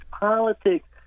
Politics